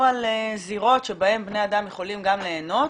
זירות שבהן בני אדם יכולים גם ליהנות,